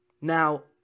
Now